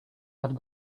had